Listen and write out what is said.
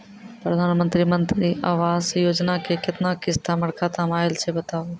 प्रधानमंत्री मंत्री आवास योजना के केतना किस्त हमर खाता मे आयल छै बताबू?